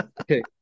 okay